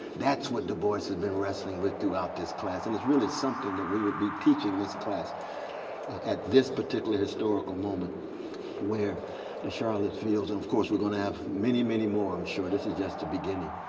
that's what du bois has been wrestling with throughout this class, and it's really something that we would be teaching this class at this particular historical moment where the charlottesville and of course we're gonna have many, many more i'm sure. this is just the beginning.